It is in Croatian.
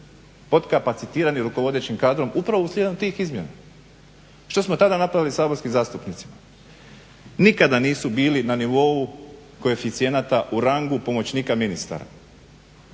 potkapacitirani rukovodećim kadrom upravo slijedom tih izmjena? Što smo tada napravili saborskim zastupnicima? Nikada nisu bili na nivou koeficijenata u rangu pomoćnika ministara,